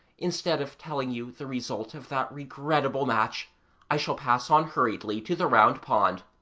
instead of telling you the result of that regrettable match i shall pass on hurriedly to the round pond,